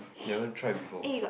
never try before